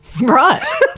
Right